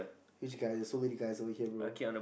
which guy there's so many guys over here bro